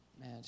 man